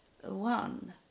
one